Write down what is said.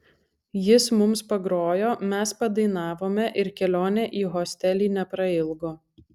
jis mums pagrojo mes padainavome ir kelionė į hostelį neprailgo